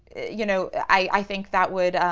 you know, i think that would,